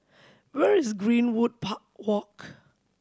where is Greenwood Walk